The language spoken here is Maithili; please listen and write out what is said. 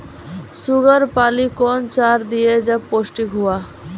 शुगर पाली कौन चार दिय जब पोस्टिक हुआ?